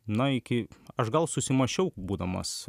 na iki aš gal susimąsčiau būdamas